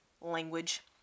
language